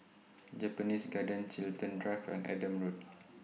Japanese Garden Chiltern Drive and Adam Road